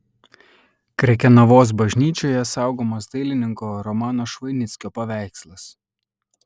krekenavos bažnyčioje saugomas dailininko romano švoinickio paveikslas